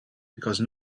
because